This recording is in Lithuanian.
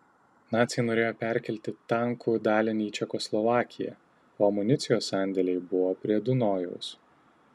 naciai norėjo perkelti tankų dalinį į čekoslovakiją o amunicijos sandėliai buvo prie dunojaus